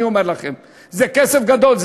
זה כסף גדול,